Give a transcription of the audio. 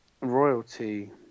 royalty